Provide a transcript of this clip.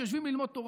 שיושבים ללמוד תורה,